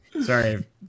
Sorry